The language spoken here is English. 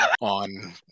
on